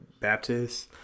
Baptists